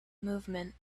movement